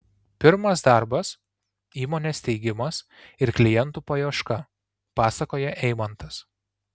pirmas darbas įmonės steigimas ir klientų paieška pasakoja eimantas